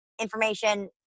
information